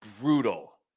brutal